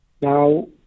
Now